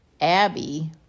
Abby